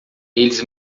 eles